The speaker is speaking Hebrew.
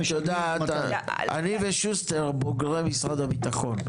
את יודעת אני ושוסטר בוגרי משרד הביטחון,